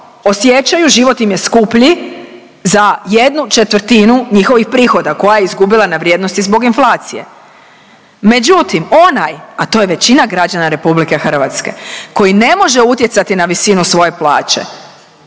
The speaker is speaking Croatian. osjećaju, život im je skuplji za jednu četvrtinu njihovih prihoda koja je izgubila na vrijednosti zbog inflacije. Međutim, onaj a to je većina građana Republike Hrvatske koji ne može utjecati na visinu svoje plaće